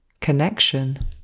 connection